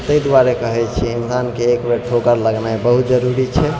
ताहि दुआरे कहै छी इन्सानके एकबेर ठोकर लगनाइ बहुत जरूरी छै